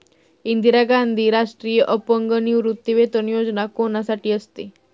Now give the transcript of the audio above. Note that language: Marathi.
इंदिरा गांधी राष्ट्रीय अपंग निवृत्तीवेतन योजना कोणासाठी असते?